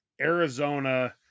Arizona